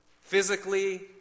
physically